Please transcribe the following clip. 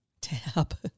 Tab